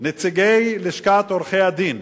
נציגי לשכת עורכי-הדין,